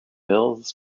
mills